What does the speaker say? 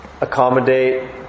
Accommodate